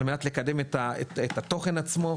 על מנת לקדם את התוכן עצמו,